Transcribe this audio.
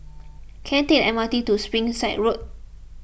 can I take the M R T to Springside Road